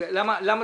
למה